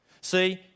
see